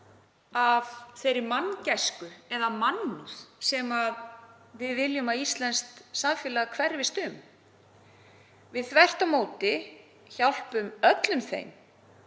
af þeirri manngæsku eða mannúð sem við viljum að íslenskt samfélag hverfist um, þvert á móti hjálpum við öllum þeim